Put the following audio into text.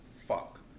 Fuck